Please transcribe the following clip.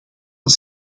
van